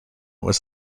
was